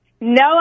No